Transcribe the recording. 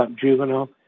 Juvenile